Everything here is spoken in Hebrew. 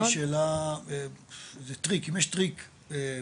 יש לי שאלה: אם יש טריק משפטי,